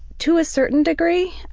to a certain degree.